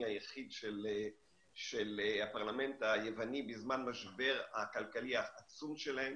היחיד של הפרלמנט היווני בזמן המשבר הכלכלי העצום שלהם.